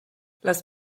les